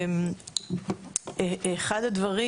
אחד הדברים,